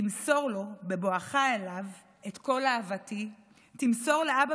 תמסור לו בבואך אליו את כל אהבתי! תמסור לאבא